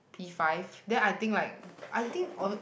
P five then I think like I think